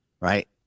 right